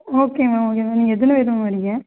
okay ma'am okay ma'am நீங்கள் எதுலருந்து வரீங்க